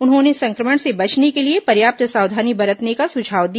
उन्होंने संक्रमण से बचने के लिए पर्याप्त सावधानी बरतने का सुझाव दिया